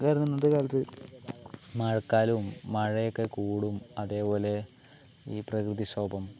കാരണം ഇന്നത്തെ കാലത്ത് മഴക്കാലവും മഴയൊക്കെ കൂടും അതുപോലെ ഈ പ്രകൃതിക്ഷോഭം